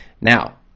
Now